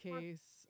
case